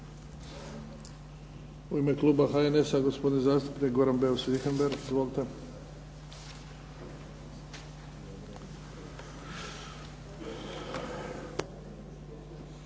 U ime kluba HNS-a, gospodin zastupnik Goran Beus Richembergh. Izvolite.